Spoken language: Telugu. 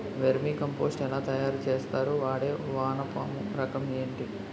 వెర్మి కంపోస్ట్ ఎలా తయారు చేస్తారు? వాడే వానపము రకం ఏంటి?